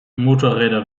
motorräder